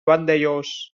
vandellòs